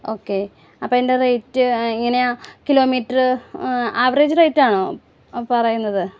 okay അപ്പം അതിൻ്റെ rate എങ്ങനെയാ കിലോമീറ്ററ് ആവറേജ് റേറ്റ് ആണോ പറയുന്നത്